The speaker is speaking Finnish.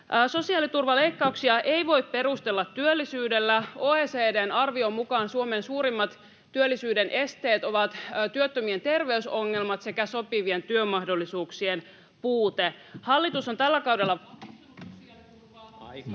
Sosiaaliturvaleikkauksia ei voi perustella työllisyydellä. OECD:n arvion mukaan Suomen suurimmat työllisyyden esteet ovat työttömien terveysongelmat sekä sopivien työmahdollisuuksien puute. Hallitus on tällä kaudella